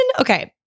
okay